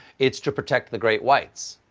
it's to protect the great whites.